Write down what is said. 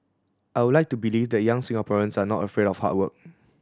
I would like to believe that young Singaporeans are not afraid of hard work